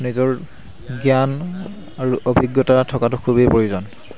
নিজৰ জ্ঞান আৰু অভিজ্ঞতা থকাটো খুবেই প্ৰয়োজন